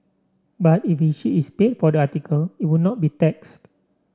but if if she is paid for the article it would not be taxed